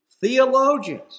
theologians